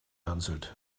answered